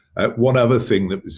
one other thing that was,